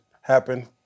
happen